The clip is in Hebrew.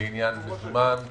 לעניין מזומן,